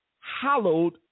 hallowed